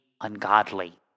ungodly